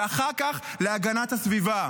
ואחר כך להגנת הסביבה.